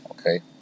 Okay